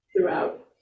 throughout